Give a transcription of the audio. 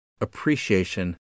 appreciation